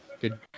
Good